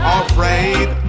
afraid